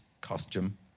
costume